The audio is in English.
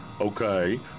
okay